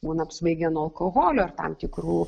būna apsvaigę nuo alkoholio ar tam tikrų